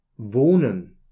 Wohnen